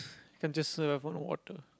you can just have a of water